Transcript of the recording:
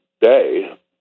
day